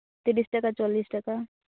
ᱛᱤᱨᱤᱥ ᱴᱟᱠᱟ ᱪᱚᱞᱞᱤᱥ ᱴᱟᱠᱟ